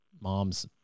mom's